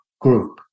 group